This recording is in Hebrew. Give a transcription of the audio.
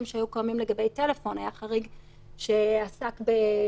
V.C מארצות הברית שייתנו פתרון למצב שקרה.